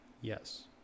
yes